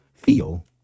feel